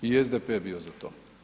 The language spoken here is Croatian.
I SDP je bio za to.